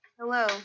Hello